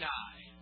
die